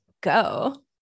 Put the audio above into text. go